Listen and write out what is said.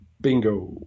Bingo